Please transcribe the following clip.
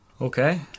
okay